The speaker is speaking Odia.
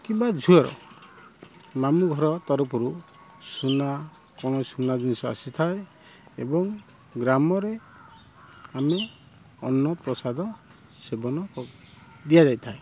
କିମ୍ବା ଝିଅର ମାମୁଁ ଘର ତରଫରୁ ସୁନା କ'ଣ ସୁନା ଜିନିଷ ଆସିଥାଏ ଏବଂ ଗ୍ରାମରେ ଆମେ ଅନ୍ନପ୍ରସାଦ ସେବନ ଦିଆ ଯାଇଥାଏ